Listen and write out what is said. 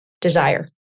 desire